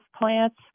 plants